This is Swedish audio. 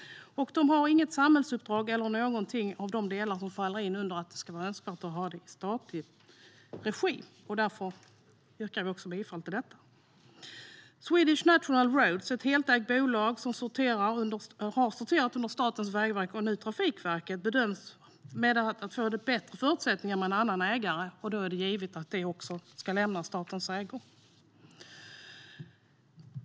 Bolaget har inget samhällsuppdrag och inga av de delar som gör det önskvärt att ha det kvar i statlig regi. Därför yrkar vi bifall till avyttring. Det handlar om Swedish National Roads, ett helägt bolag som sorterat under Vägverket, nu Trafikverket. Bolaget bedöms få bättre förutsättningar med en annan ägare, och då är det givet att också det ska lämna statens ägo.